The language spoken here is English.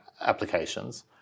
applications